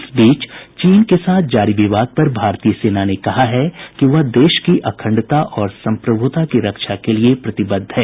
इस बीच चीन के साथ जारी विवाद पर भारतीय सेना ने कहा है कि वह देश की अखंडता और संप्रभुता की रक्षा के लिए प्रतिबद्ध है